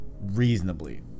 reasonably